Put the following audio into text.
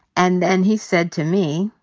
and then he said to me,